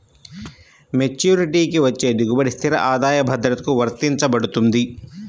మెచ్యూరిటీకి వచ్చే దిగుబడి స్థిర ఆదాయ భద్రతకు వర్తించబడుతుంది